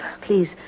Please